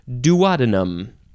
duodenum